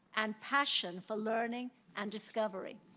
and passion for learning and discovery.